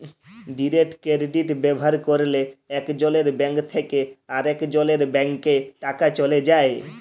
direct credit ব্যাভার ক্যরলে একজলের ব্যাংক থ্যাকে আরেকজলের ব্যাংকে টাকা চ্যলে যায়